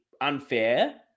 unfair